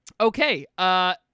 Okay